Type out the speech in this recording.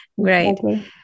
Great